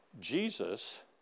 Jesus